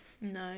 no